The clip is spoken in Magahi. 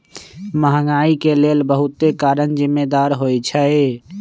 महंगाई के लेल बहुते कारन जिम्मेदार होइ छइ